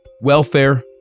Welfare